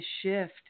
shift